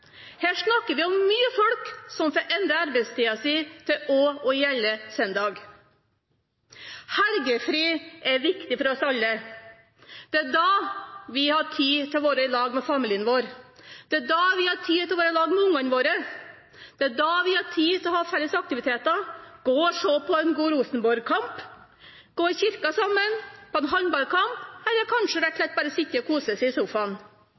Her snakker vi om mye folk som får endret arbeidstida si til også å gjelde søndag. Helgefri er viktig for oss alle. Det er da vi har tid til å være sammen med familien vår. Det er da vi har tid til å være sammen med barna våre. Det er da vi har tid til å ha felles aktiviteter, gå og se på en god Rosenborg-kamp, gå i kirken sammen, på en håndballkamp eller kanskje rett og slett bare sitte og kose seg i